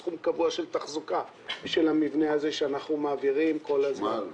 סכום קבוע של תחזוקה של המבנה הזה שאנחנו מעבירים כל הזמן.